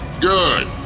Good